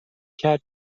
کرد